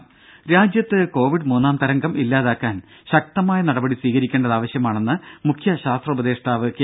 ദേദ രാജ്യത്ത് കോവിഡ് മൂന്നാം തരംഗം ഇല്ലാതാക്കാൻ ശക്തമായ നടപടികൾ സ്വീകരിക്കേണ്ടത് ആവശ്യമാണെന്ന് മുഖ്യ ശാസ്ത്ര ഉപദേഷ്ടാവ് കെ